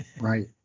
Right